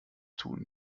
tun